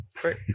great